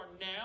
now